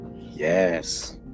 yes